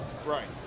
Right